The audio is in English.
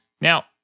Now